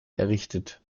errichtet